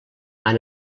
han